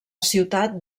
ciutat